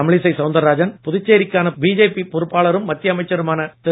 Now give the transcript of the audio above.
தமிழிசை சவுந்தரராஜன் புதுச்சேரிக்கான பிஜேபி பொறுப்பாளரும் மத்திய அமைச்சருமான திரு